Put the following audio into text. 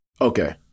Okay